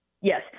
Yes